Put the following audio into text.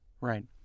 Right